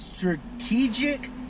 Strategic